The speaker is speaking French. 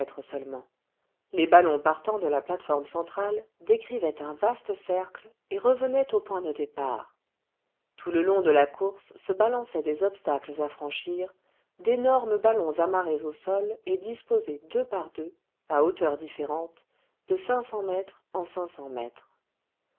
seulement les ballons partant de la plate-forme centrale décrivaient un vaste cercle et revenaient au point de départ tout le long de la course se balançaient des obstacles à franchir d'énormes ballons amarrés au sol et disposés deux par deux à hauteur différente de cinq cents mètres en cinq cents mètres